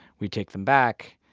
we take them back.